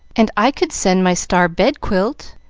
and i could send my star bedquilt!